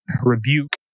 rebuke